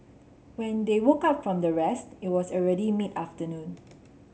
when they woke up from their rest it was already mid afternoon